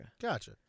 Gotcha